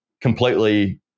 completely